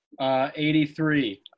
83